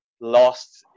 lost